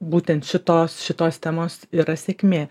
būtent šitos šitos temos yra sėkmė